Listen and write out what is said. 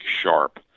sharp